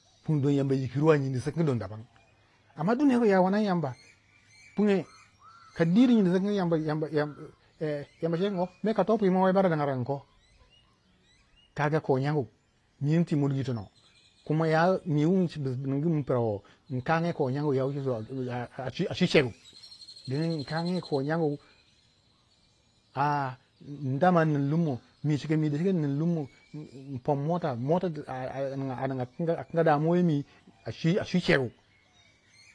pundon Yamba yikiyro a nyindi sikingi dabam amma duk ner wu ya wanani Yamba pugnye kadiri nyindi sikangi Yam- ba saro kin a a kato pwi ma wei ninga mer inko, kaga ko nyangu mi inpu monugu yi tono, kuma ya mi wu buningumu prawo inkanga yi yiri ko nyangu a chwi cegu ding inkanga yi ko nyangu dama in ning lummo, mi cika mi dashike in ning lummo in pon mota, mota anyinga damuwa yimi a chwi cegu